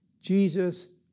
Jesus